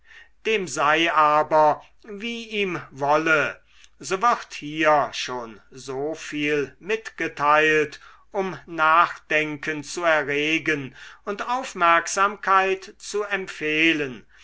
dem sei aber wie ihm wolle so wird hier schon so viel mitgeteilt um nachdenken zu erregen und aufmerksamkeit zu empfehlen